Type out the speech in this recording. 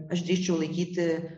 aš drįsčiau laikyti